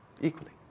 equally